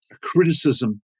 criticism